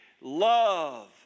love